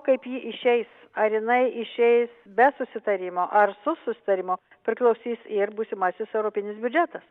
kaip ji išeis ar jinai išeis be susitarimo ar su susitarimo priklausys ir būsimasis europinis biudžetas